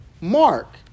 Mark